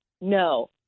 No